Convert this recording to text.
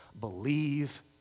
believe